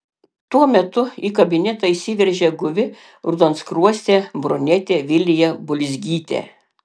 tuo metu į kabinetą įsiveržė guvi raudonskruostė brunetė vilija bulzgytė